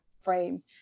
frame